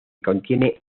contiene